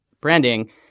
branding